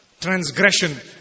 transgression